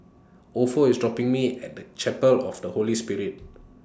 Opha IS dropping Me At Chapel of The Holy Spirit